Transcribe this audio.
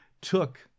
took